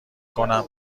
کنم